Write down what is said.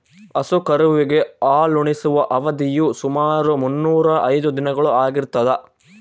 ಹಸು ಕರುವಿಗೆ ಹಾಲುಣಿಸುವ ಅವಧಿಯು ಸುಮಾರು ಮುನ್ನೂರಾ ಐದು ದಿನಗಳು ಆಗಿರ್ತದ